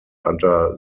under